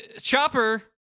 Chopper